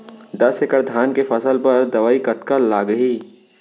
दस एकड़ धान के फसल बर दवई कतका लागही?